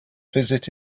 visit